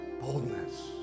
boldness